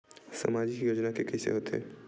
सामाजिक योजना के कइसे होथे?